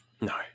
No